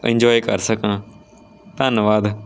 enjoy ਕਰ ਸਕਾ ਧੰਨਵਾਦ